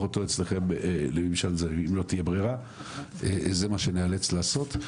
אותו אצלכם בממשל זמין אם לא תהיה ברירה זה מה שנאלץ לעשות.